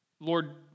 Lord